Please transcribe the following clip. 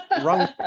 wrong